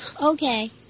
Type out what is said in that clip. Okay